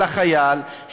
של החייל,